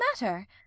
matter